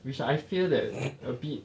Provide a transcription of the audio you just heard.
which I fear that a bit